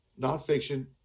nonfiction